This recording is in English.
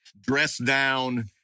dressed-down